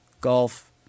golf